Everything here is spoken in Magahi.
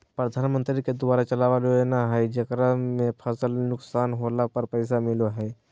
प्रधानमंत्री के द्वारा चलावल योजना हइ जेकरा में फसल नुकसान होला पर पैसा मिलो हइ